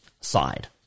side